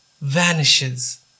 vanishes